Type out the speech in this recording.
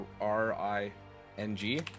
r-i-n-g